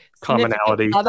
commonality